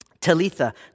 Talitha